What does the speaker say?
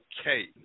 okay